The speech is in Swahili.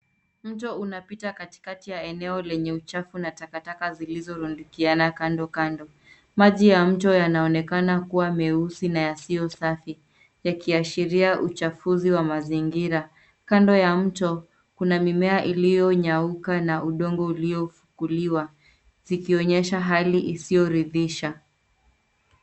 Mto unapita katika ya eneo lenye uchafu na takataka zilizorundikiana kando kando. Maji ya mto yanaonekana kuwa meusi na yasiyo safi yakiashiria uchafuzi wa mazingira. Kando ya mto kuna mimea iliyonyauka na udongo uliofukuliwa zikionyesha hali isiyoridhisha.